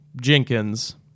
Jenkins